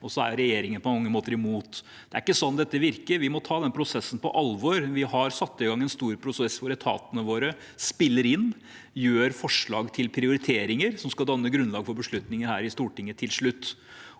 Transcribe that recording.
og så er regjeringen på mange måter imot. Det er ikke sånn dette virker. Vi må ta den prosessen på alvor. Vi har satt i gang en stor prosess, hvor etatene våre kommer med innspill og forslag til prioriteringer som skal danne grunnlag for beslutninger her i Stortinget til slutt.